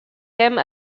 them